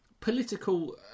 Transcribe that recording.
political